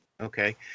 Okay